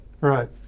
Right